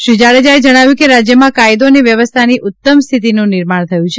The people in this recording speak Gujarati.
શ્રી જાડેજાએ જણાવ્યું કે રાજ્યમાં કાયદો અને વ્યવસ્થાની ઉત્તમ સ્થિતિનું નિર્માણ થયું છે